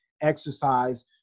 exercise